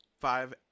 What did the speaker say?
five